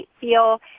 feel